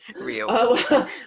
real